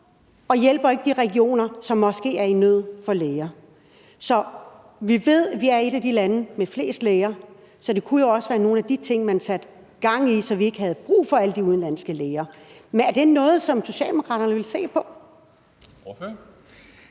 og hjælper ikke de regioner, som måske er i nød for læger. Vi ved, at vi er et af de lande med flest læger. Så det kunne jo også være nogle af de ting, man satte gang i, så vi ikke havde brug for alle de udenlandske læger. Men er det noget, som Socialdemokraterne vil se på? Kl.